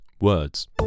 words